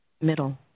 Middle